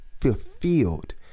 fulfilled